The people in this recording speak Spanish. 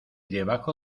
debajo